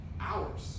hours